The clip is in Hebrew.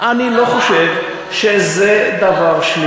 כי הם חרדים אז הם אותו דבר?